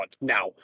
Now